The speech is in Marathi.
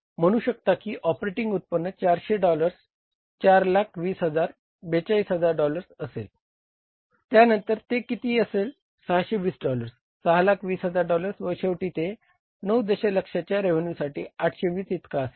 आपण म्हणू शकता की ऑपरेटिंग उत्पन्न 400 डॉलर्स 420000 42000 डॉलर्स असेल त्यानंतर ते किती असेल 620 डॉलर्स 620000 डॉलर्स व शेवटी ते 9 दशलक्षाच्या रेव्हेन्यूसाठी 820 इतका असेल